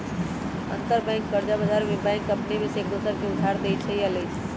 अंतरबैंक कर्जा बजार में बैंक अपने में एक दोसर के उधार देँइ छइ आऽ लेइ छइ